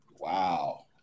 Wow